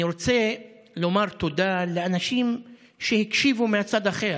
אני רוצה לומר תודה לאנשים שהקשיבו מצד אחר.